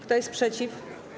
Kto jest przeciw?